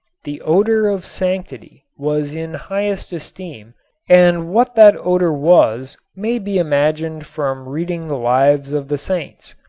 the odor of sanctity was in highest esteem and what that odor was may be imagined from reading the lives of the saints.